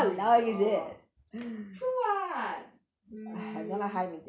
why you boy true [what] mm